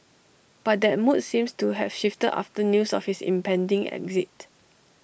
but that mood seems to have shifted after news of his impending exit